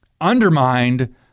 undermined